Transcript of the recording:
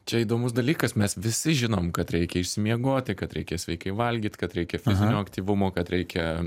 čia įdomus dalykas mes visi žinom kad reikia išsimiegoti kad reikia sveikai valgyt kad reikia fizinio aktyvumo kad reikia